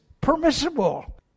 permissible